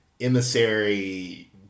emissary